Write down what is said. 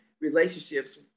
relationships